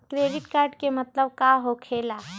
Credit card के मतलब का होकेला?